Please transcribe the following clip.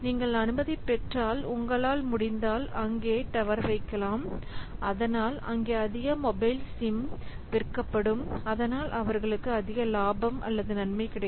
நீங்கள் அனுமதி பெற்றால் உங்களால் முடிந்தால் அங்கே டவர் வைக்கலாம் அதனால் அங்கே அதிக மொபைல் சிம் விற்கப்படும் அதனால் அவர்களுக்கு அதிக லாபம் அல்லது நன்மை கிடைக்கும்